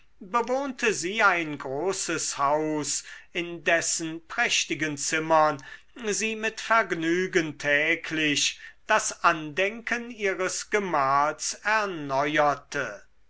bewohnte sie ein großes haus in dessen prächtigen zimmern sie mit vergnügen täglich das andenken ihres gemahls erneuerte